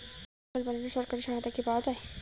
ছাগল পালনে সরকারি সহায়তা কি পাওয়া যায়?